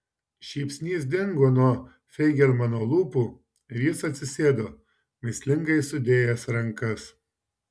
šypsnys dingo nuo feigelmano lūpų ir jis atsisėdo mįslingai sudėjęs rankas